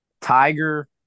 Tiger –